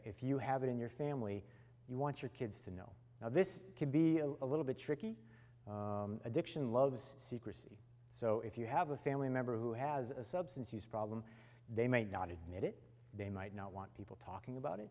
if you have it in your family you want your kids to know now this can be a little bit tricky addiction loves seek so if you have a family member who has a substance use problem they might not admit it they might not want people talking about